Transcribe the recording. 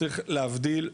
צריך להבדיל,